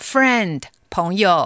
Friend,朋友